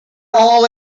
all